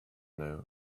nose